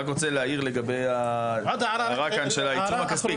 אני רק רוצה להעיר לגבי ההערה כאן של העיצום הכספי.